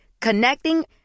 Connecting